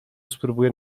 spróbuję